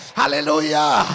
Hallelujah